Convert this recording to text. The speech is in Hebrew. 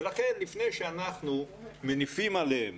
ולכן, לפני שאנחנו מניפים עליהם